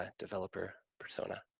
ah developer persona.